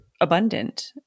abundant